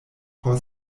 por